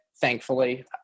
thankfully